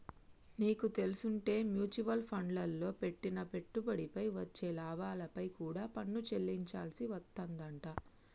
నీకు తెల్సుంటే మ్యూచవల్ ఫండ్లల్లో పెట్టిన పెట్టుబడిపై వచ్చే లాభాలపై కూడా పన్ను చెల్లించాల్సి వత్తదంట